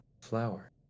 flower